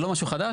זה לא משהו חדש.